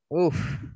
Oof